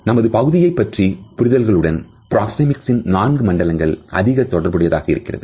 நமது பகுதியைப் பற்றிய புரிதல்களுடன் பிராக்சேமிக்ஸ் இன் நான்கு மண்டலங்கள் அதிக தொடர்புடையதாக இருக்கின்றது